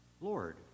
Lord